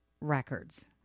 records